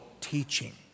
teaching